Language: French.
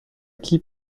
qui